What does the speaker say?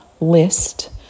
list